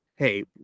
Hey